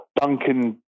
Duncan